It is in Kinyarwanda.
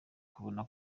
kubona